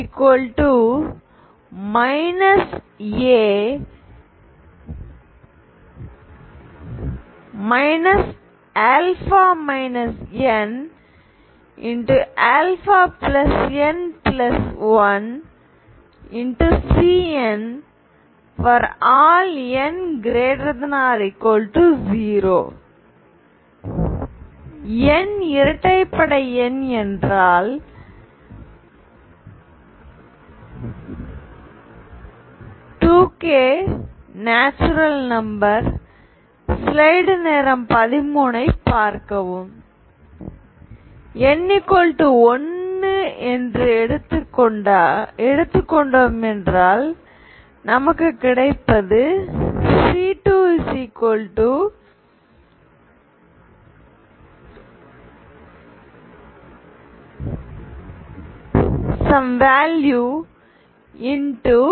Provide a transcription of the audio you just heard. n1n2Cn2 α nαn1Cn∀n≥0 nஇரட்டைப்படை எண் என்றால் 2kநேச்சுறல் நம்பர் n1 என்று எடுத்துக்கொண்டோம் என்றால் நமக்கு கிடைப்பது C2 x C0